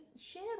share